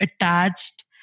attached